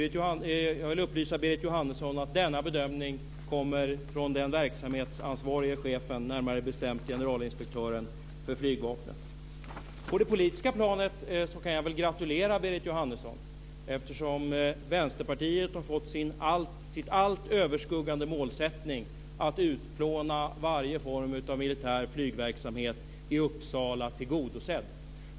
Jag vill upplysa Berit Jóhannesson om att denna bedömning kommer från den verksamhetsansvarige chefen, närmare bestämt generalinspektören för flygvapnet. På det politiska planet kan jag gratulera Berit Jóhannesson, eftersom Vänsterpartiet har fått sin allt överskuggande målsättning att utplåna varje form av militär flygverksamhet i Uppsala tillgodosedd.